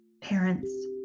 Parents